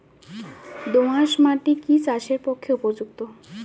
দোআঁশ মাটি কি চাষের পক্ষে উপযুক্ত?